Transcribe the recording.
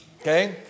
okay